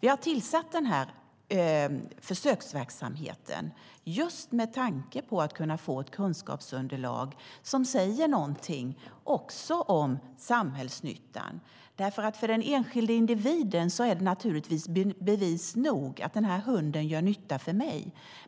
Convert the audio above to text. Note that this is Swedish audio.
Vi har tillsatt försöksverksamheten just med tanke på att få ett kunskapsunderlag som även säger något om samhällsnyttan. För den enskilda individen är det naturligtvis bevis nog att hunden gör nytta för honom eller